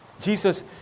Jesus